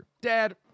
Dad